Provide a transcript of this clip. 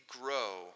grow